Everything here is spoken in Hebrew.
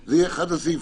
זה יהיה אחד הסעיפים.